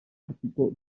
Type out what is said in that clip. artico